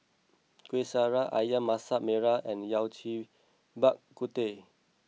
Kuih Syara Ayam Masak Merah and Yao Cai Bak Kut Teh